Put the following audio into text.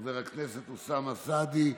חבר הכנסת אוסאמה סעדי,